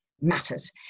matters